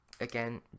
again